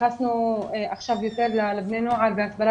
התייחסנו עכשיו יותר לבני הנוער והסברה